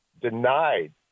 denied